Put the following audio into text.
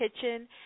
Kitchen